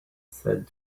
said